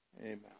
Amen